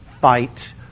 fight